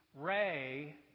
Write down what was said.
Ray